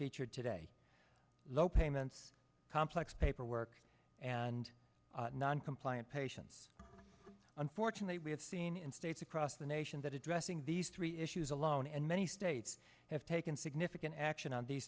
featured today low payments complex paperwork and non compliant patients unfortunately we have seen in states across the nation that addressing these three issues alone and many states have taken significant action on these